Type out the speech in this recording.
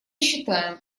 считаем